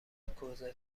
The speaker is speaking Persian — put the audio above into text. کوزتچون